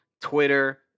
Twitter